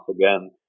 again